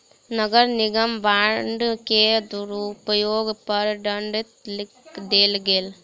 नगर निगम बांड के दुरूपयोग पर दंड देल गेल